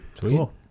Cool